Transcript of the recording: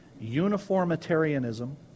uniformitarianism